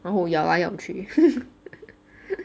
然后咬来咬去